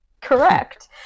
correct